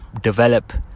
develop